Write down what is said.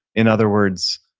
in other words,